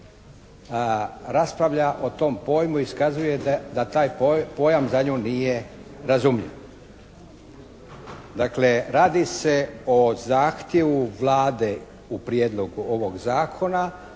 raspravlja o tom pojmu i iskazuje da taj pojam za nju nije razumljiv. Dakle, radi se o zahtjevu Vlade u prijedlogu ovog zakona